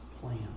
plan